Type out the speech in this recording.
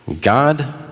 God